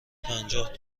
پنجاه